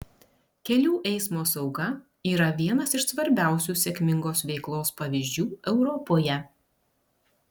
kelių eismo sauga yra vienas iš svarbiausių sėkmingos veiklos pavyzdžių europoje